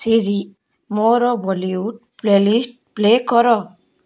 Siri ମୋର Bollywood playlist play କର